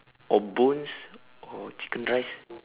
or bones or chicken rice